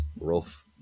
rough